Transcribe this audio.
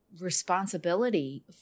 responsibility